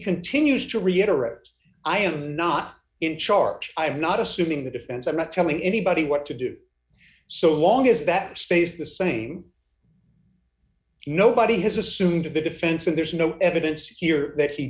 continues to reiterate i am not in charge i'm not assuming the defense i'm not telling anybody what to do so long as that stays the same nobody has assumed the defense and there's no evidence here that he